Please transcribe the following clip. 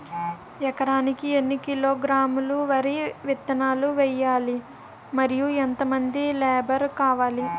ఎకరానికి ఎన్ని కిలోగ్రాములు వరి విత్తనాలు వేయాలి? మరియు ఎంత మంది లేబర్ కావాలి?